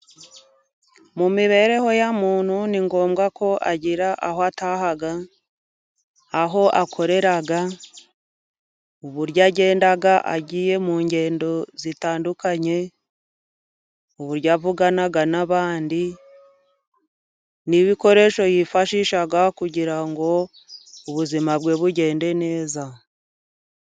Mu mibereho ya muntu ni ngombwa ko agira aho ataha， aho akorera， uburyo agenda agiye mu ngendo zitandukanye， uburyo avugana n'abandi，n’ibikoresho yifashisha kugira ngo ubuzima bwe bugende neza.